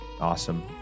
awesome